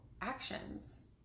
actions